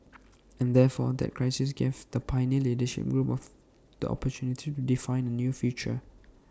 and therefore that crisis gave the pioneer leadership group of the opportunity to define A new future